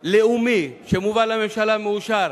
לאומי מובא לממשלה ומאושר.